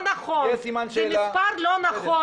יש סימן שאלה --- זה מספר לא נכון.